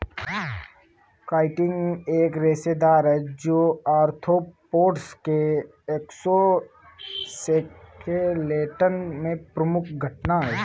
chitin एक रेशेदार है, जो आर्थ्रोपोड्स के एक्सोस्केलेटन में प्रमुख घटक है